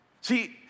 See